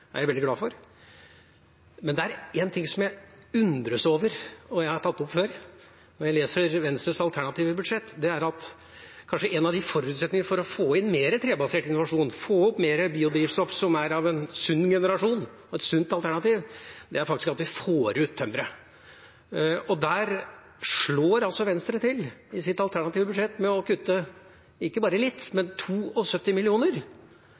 Det er jeg veldig glad for. Men det er én ting som jeg undres over – og jeg har tatt det opp før – når jeg leser Venstres alternative budsjett. Det er at kanskje en av forutsetningene for å få mer trebasert innovasjon, få fram mer biodrivstoff som er av en sunn generasjon og et sunt alternativ, er at vi får ut tømmeret. Der slår Venstre til i sitt alternative budsjett ved å kutte ikke bare litt,